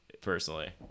personally